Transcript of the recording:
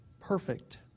perfect